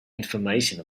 information